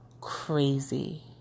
crazy